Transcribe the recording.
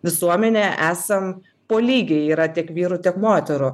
visuomenė esam po lygiai yra tiek vyrų tiek moterų